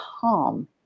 calm